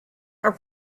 are